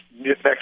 next